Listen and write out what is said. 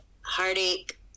heartache